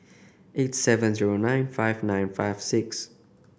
eight seven zero nine five nine five six